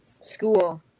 School